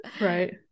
right